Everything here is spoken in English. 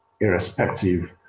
irrespective